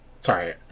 Sorry